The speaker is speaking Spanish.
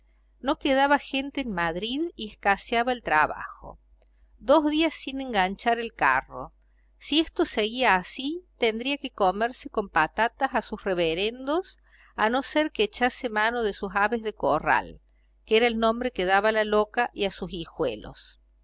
no quedaba gente en madrid y escaseaba el trabajo dos días sin enganchar el carro si esto seguía así tendría que comerse con patatas a sus reverendos a no ser que echase mano de sus aves de corral que era el nombre que daba a la loca y a sus hijuelos